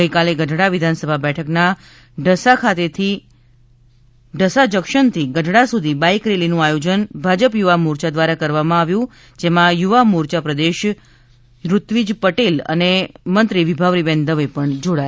ગઇકાલે ગઢડા વિધાનસભા બેઠકના ઢસા જંકશનથી ગઢડા સુધી બાઈક રેલીનું આયોજન ભાજપ યુવા મોરચા દ્વારા કરવામાં આવ્યું જેમાં યુવા મોરચા પ્રદેશ પ્રમુખ ઋત્વિજ પટેલ અને મંત્રી વિભાવરીબેન દવે પણ જોડાયા